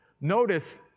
Notice